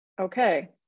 okay